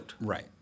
Right